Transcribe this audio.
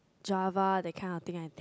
Java that kind of thing I think